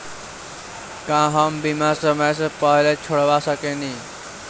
का हम बीमा समय से पहले छोड़वा सकेनी?